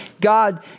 God